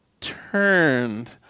turned